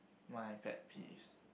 my pet peeves